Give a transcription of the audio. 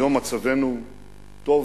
היום מצבנו טוב